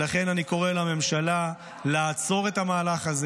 ולכן אני קורא לממשלה לעצור את המהלך הזה